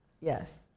Yes